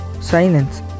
Silence